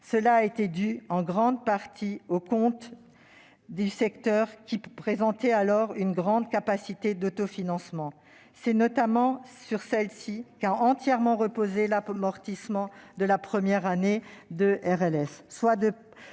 rendu possible en grande partie par l'état des comptes du secteur, qui présentaient alors une grande capacité d'autofinancement. C'est notamment sur celle-ci qu'a entièrement reposé l'amortissement de la première année de RLS,